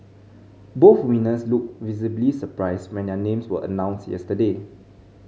both winners looked visibly surprised when their names were announced yesterday